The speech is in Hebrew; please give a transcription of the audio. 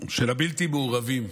של הבלתי-מעורבים.